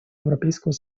европейского